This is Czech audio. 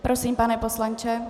Prosím, pane poslanče.